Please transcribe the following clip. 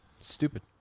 Stupid